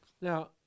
Now